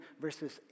verses